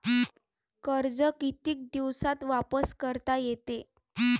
कर्ज कितीक दिवसात वापस करता येते?